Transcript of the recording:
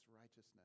righteousness